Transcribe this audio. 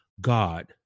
God